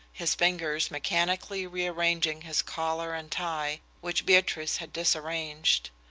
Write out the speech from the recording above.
his fingers mechanically rearranging his collar and tie, which beatrice had disarranged.